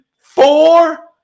four